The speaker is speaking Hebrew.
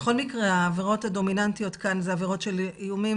בכל מקרה העבירות הדומיננטיות כאן זה עבירות של איומים